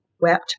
wept